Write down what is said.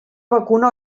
vacuna